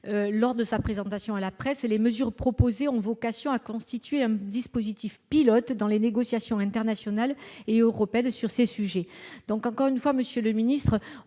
elle le rappelle aujourd'hui, « les mesures proposées ont vocation à constituer un dispositif pilote dans les négociations internationales et européennes sur ces sujets ». Encore une fois, monsieur le ministre,